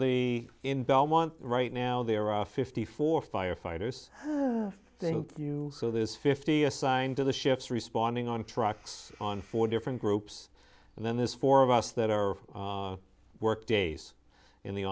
the in belmont right now there are fifty four firefighters thank you so this fifty assigned to the shifts responding on trucks on four different groups and then this four of us that are work days in the